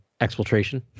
exfiltration